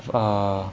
err